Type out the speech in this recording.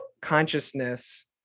consciousness